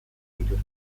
zituzten